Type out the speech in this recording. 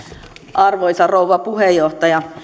arvoisa rouva puheenjohtaja